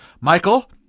michael